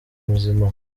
muzima